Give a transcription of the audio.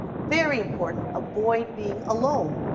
very important, avoid being alone.